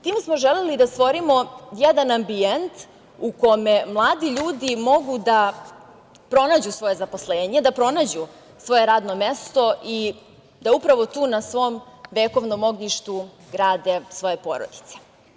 Time smo želeli da stvorimo jedan ambijent u kome mladi ljudi mogu da pronađu svoje zaposlenje, da pronađu svoje radno mesto i da upravo tu na svom vekovnom ognjištu grade svoje porodice.